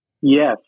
Yes